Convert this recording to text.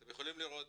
אתם יכולים לראות